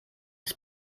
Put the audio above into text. ist